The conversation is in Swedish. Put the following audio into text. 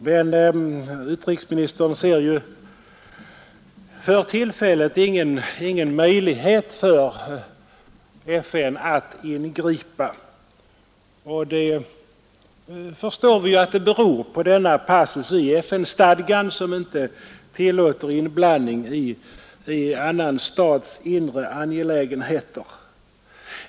Men utrikesministern ser för tillfället ingen möjlighet för FN att ingripa. Vi förstår att detta beror på den passus i FN-stadgan, som inte tillåter inblandning i annans stats inre angelägenheter.